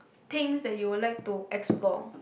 things that you would like to explore